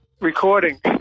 recording